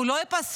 שהוא לא ייפסל,